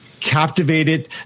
captivated